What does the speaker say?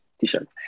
t-shirt